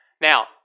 Now